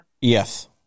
Yes